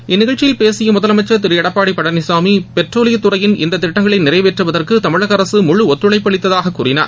இந்நிகழ்ச்சியில் பேசிய முதலமைச்சர் திரு எடப்பாடி பழனிசாமி பெட்ரோலிய துறையின் இந்த திட்டங்களை நிறைவேற்றுவதற்கு தமிழகஅரசு முழு ஒத்துழைப்பு அளித்ததாக கூறினார்